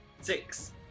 Six